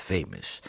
Famous